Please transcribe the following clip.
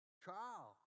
trial